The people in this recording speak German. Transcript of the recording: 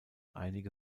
einige